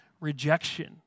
rejection